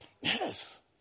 Yes